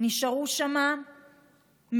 נשארו שם מעטים,